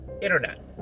internet